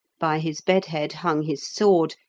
by his bedhead hung his sword,